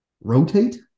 rotate